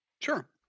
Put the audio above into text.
Sure